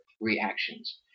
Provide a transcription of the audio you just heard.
reactions